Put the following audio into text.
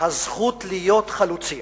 הזכות להיות חלוצים.